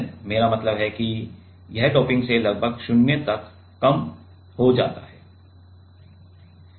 मेरा मतलब है कि यह डोपिंग से लगभग 0 तक कम हो जाता है